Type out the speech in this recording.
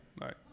right